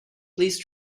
please